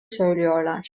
söylüyorlar